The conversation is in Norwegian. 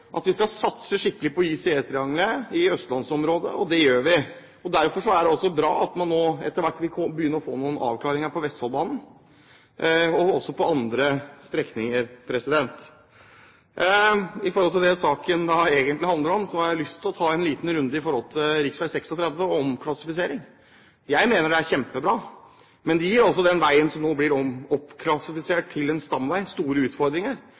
at vi skal satse skikkelig på IC-trianglene i østlandsområdet. Det gjør vi. Derfor er det bra at man etter hvert får noen avklaringer når det gjelder Vestfoldbanen og andre strekninger. I forbindelse med det saken egentlig handler om, har jeg lyst til å ta en liten runde om rv. 36 og omklassifisering. Jeg mener det er kjempebra. Men det gir altså den veien som nå blir oppklassifisert til en stamvei, store utfordringer,